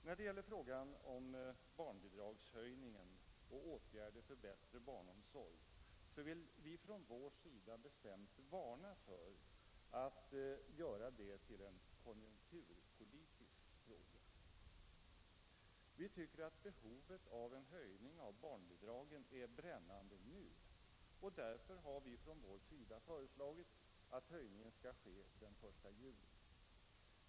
När det gäller barnbidragshöjningen och åtgärder för bättre barnomsorg vill vi på vårt håll bestämt varna för att göra detta till en konjunkturpolitisk fråga. Vi anser att behovet av en höjning av barnbidragen är brännande, och därför har vi från vårt håll föreslagit att höjningen skall ske den 1 juli.